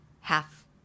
half